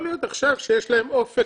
יכול להיות שעכשיו כשיש להם אופק משמעותי,